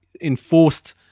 enforced